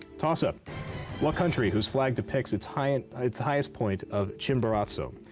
toss-up what country, whose flag depicts its highest its highest point of chimborazo,